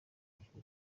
afurika